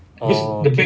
oh